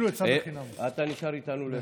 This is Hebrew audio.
אתה נשאר איתנו להשיב.